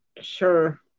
Sure